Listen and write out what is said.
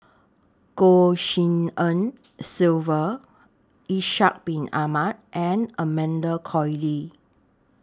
Goh Tshin En Sylvia Ishak Bin Ahmad and Amanda Koe Lee